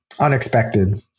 unexpected